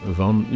van